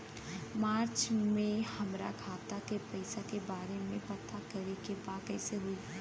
मार्च में हमरा खाता के पैसा के बारे में पता करे के बा कइसे होई?